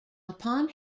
upon